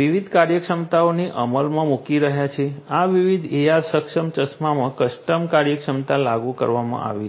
વિવિધ કાર્યક્ષમતાઓને અમલમાં મૂકી રહ્યા છે આ વિવિધ AR સક્ષમ ચશ્મામાં કસ્ટમ કાર્યક્ષમતા લાગુ કરવામાં આવી છે